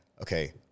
Okay